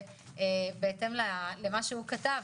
שבהתאם למה שהוא כתב,